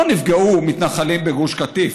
לא נפגעו מתנחלים בגוש קטיף,